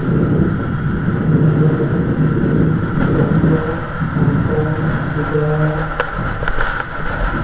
Mumbai Delhi Tokyo Hong Kong Dubai